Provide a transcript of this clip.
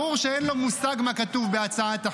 ברור שאין לו מושג מה כתוב בהצעת החוק,